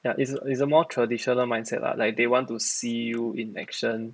ya it's a more traditional mindset lah like they want to see you in action